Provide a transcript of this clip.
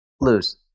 lose